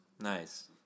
Nice